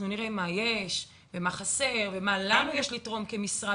אנחנו נראה מה יש ומה חסר, ומה לנו יש לתרום כמשרד